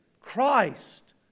Christ